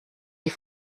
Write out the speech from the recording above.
die